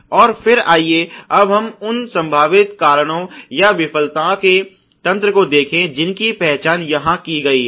और फिर आइए अब हम उन संभावित कारणों या विफलता के तंत्र को देखें जिनकी पहचान यहां की गई है